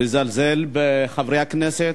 מזלזל בחברי הכנסת.